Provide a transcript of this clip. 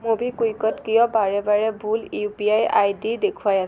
ম'বিকুইকত কিয় বাৰে বাৰে ভুল ইউ পি আই আইডি দেখুৱায়